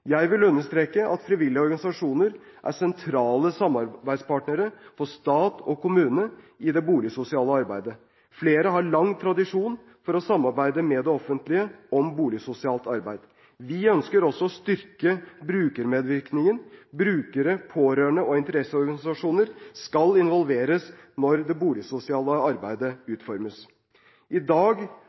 Jeg vil understreke at frivillige organisasjoner er sentrale samarbeidspartnere for stat og kommune i det boligsosiale arbeidet. Flere har lang tradisjon for å samarbeide med det offentlige om boligsosialt arbeid. Vi ønsker også å styrke brukermedvirkningen. Brukere, pårørende og interesseorganisasjoner skal involveres når det boligsosiale arbeidet utformes. I dag